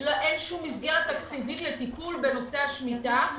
אין שום מסגרת תקציבית לטיפול בנושא השמיטה.